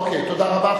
אוקיי, תודה רבה.